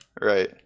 Right